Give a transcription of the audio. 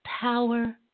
power